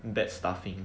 bad staffing